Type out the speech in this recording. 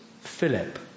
Philip